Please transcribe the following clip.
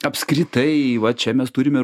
apskritai va čia mes turime